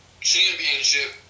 championship